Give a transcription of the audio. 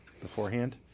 beforehand